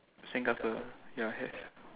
sandcastle ya have